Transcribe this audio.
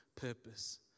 purpose